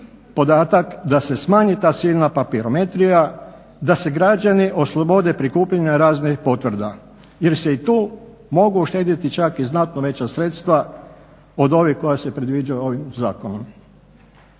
da se smanji sva ta silna papirometrija da se građani oslobode prikupljanja raznih potvrda jer se i tu mogu uštedjeti čak i znatno veća sredstva od ovih koja se predviđaju ovim zakonom.